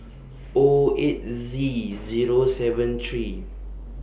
O eight Z Zero seven three